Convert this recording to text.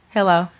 Hello